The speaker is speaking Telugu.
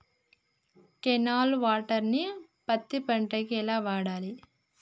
కెనాల్ వాటర్ ను పత్తి పంట కి ఎలా వాడాలి?